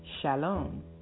Shalom